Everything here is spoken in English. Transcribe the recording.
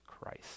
Christ